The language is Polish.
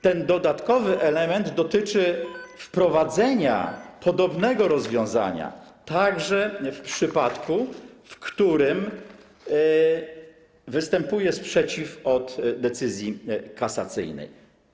Ten dodatkowy element dotyczy wprowadzenia podobnego rozwiązania także w przypadku, w którym występuje sprzeciw wobec decyzji kasacyjnej.